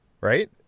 right